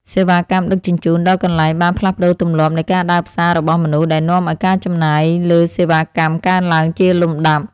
សេវាកម្មដឹកជញ្ជូនដល់កន្លែងបានផ្លាស់ប្តូរទម្លាប់នៃការដើរផ្សាររបស់មនុស្សដែលនាំឱ្យការចំណាយលើសេវាកម្មកើនឡើងជាលំដាប់។